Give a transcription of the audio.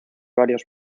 varios